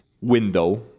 window